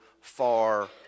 far